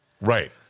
Right